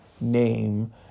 name